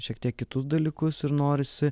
šiek tiek kitus dalykus ir norisi